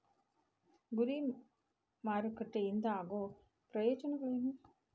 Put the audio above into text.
ಗುರಿ ಮಾರಕಟ್ಟೆ ಇಂದ ಆಗೋ ಪ್ರಯೋಜನಗಳೇನ